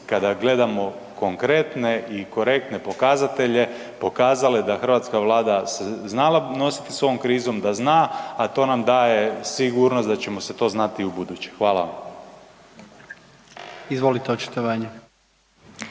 kada gledamo konkretne i korektne pokazatelje, pokazale da hrvatska Vlada se znala nositi s ovom krizom, da zna, a to nam daje sigurnost da ćemo se to znati i ubuduće. Hvala vam.